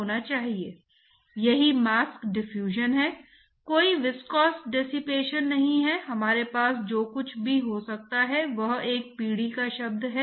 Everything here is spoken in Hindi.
तो प्रारंभिक बिंदु से स्थान की लंबाई यानी x प्लेट के 0 के बराबर है